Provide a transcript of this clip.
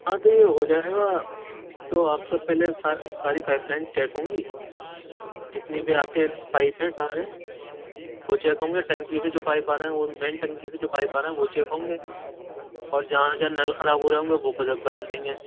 ہاں تو یہ ہو جائے گا تو آپ کا پہلے ساری پائپ لائن چیک ہوں گی جتنی بھی آپ کے پائپ ہیں سارے وہ چیک ہوں گے ٹنکی سے جو پائپ آ رہے ہیں وہ مین ٹنکی سے جو پائپ آ رہے ہیں وہ چیک ہوں گے اور جہاں جہاں نل خراب ہو رہیں ہوں گے وہ بدل دیں گے